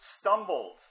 stumbled